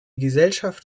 gesellschaft